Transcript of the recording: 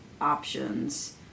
options